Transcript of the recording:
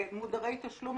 ומודרי תשלום,